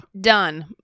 Done